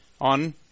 on